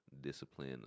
discipline